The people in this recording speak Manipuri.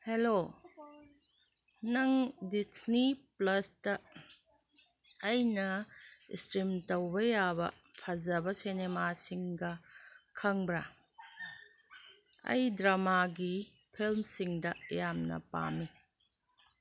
ꯍꯜꯂꯣ ꯅꯪ ꯗꯤꯁꯅꯤ ꯄ꯭ꯂꯁꯇ ꯑꯩꯅ ꯏꯁꯇ꯭ꯔꯤꯝ ꯇꯧꯕ ꯌꯥꯕ ꯐꯖꯕ ꯁꯦꯅꯦꯃꯥꯁꯤꯡꯒ ꯈꯪꯕ꯭ꯔꯥ ꯑꯩ ꯗ꯭ꯔꯃꯥꯒꯤ ꯐꯤꯂꯝꯁꯤꯡꯗ ꯌꯥꯝꯅ ꯄꯥꯝꯃꯤ